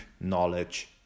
knowledge